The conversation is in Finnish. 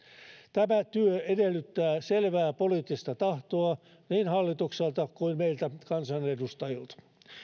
tämä työ edellyttää selvää poliittista tahtoa niin hallitukselta kuin meiltä kansanedustajilta